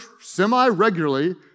semi-regularly